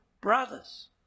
brothers